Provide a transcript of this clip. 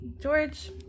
George